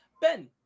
Ben